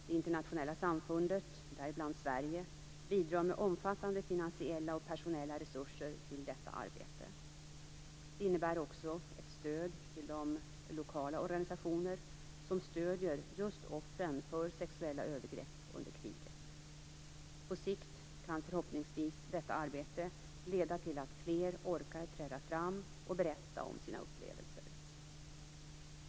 Det internationella samfundet, däribland Sverige, bidrar med omfattande finansiella och personella resurser till detta arbete. Det innebär också ett stöd till de lokala organisationer som stöder just offren för sexuella övergrepp under kriget. På sikt kan förhoppningsvis detta arbete leda till att fler orkar träda fram och berätta om sina upplevelser.